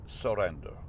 surrender